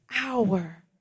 hour